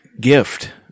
gift